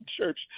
Church